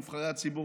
נבחרי הציבור,